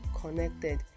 connected